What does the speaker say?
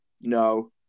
No